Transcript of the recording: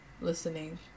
listening